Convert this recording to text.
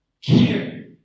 care